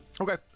Okay